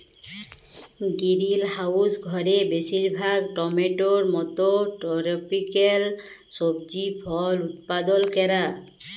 greenhouse ঘরে বেশিরভাগ টমেটোর মত টরপিক্যাল সবজি ফল উৎপাদল ক্যরা